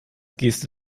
geste